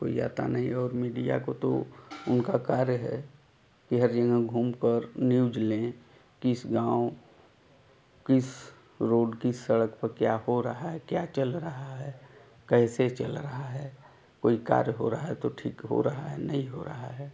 कोई आता नहीं है और मीडिया को तो उनका कार्य है कि हर जगह घूमकर न्यूज लें किस गाँव किस रोड की सड़क पर क्या हो रहा है क्या चल रहा है कैसे चल रहा है कोई कार्य हो रहा है तो ठीक हो रहा है नहीं हो रहा है